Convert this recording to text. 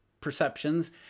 perceptions